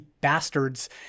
bastards